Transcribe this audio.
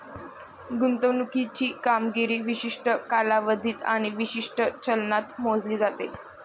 गुंतवणुकीची कामगिरी विशिष्ट कालावधीत आणि विशिष्ट चलनात मोजली जाते